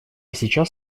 сейчас